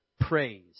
praise